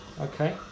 okay